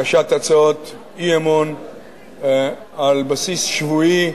הגשת הצעות אי-אמון על בסיס שבועי,